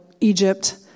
Egypt